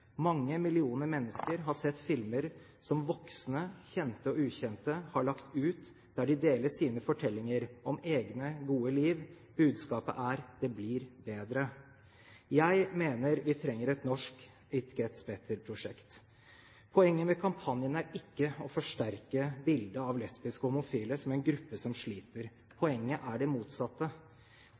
Mange millioner mennesker har sett filmer som voksne, kjente og ukjente, har lagt ut, der de deler sine fortellinger om egne, gode liv. Budskapet er: Det blir bedre. Jeg mener vi trenger et norsk «It Gets Better»-prosjekt. Poenget med kampanjen er ikke å forsterke bildet av lesbiske og homofile som en gruppe som sliter, poenget er det motsatte: